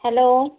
hello